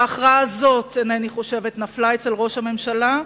הכרעה כזאת לא נפלה אצל ראש הממשלה,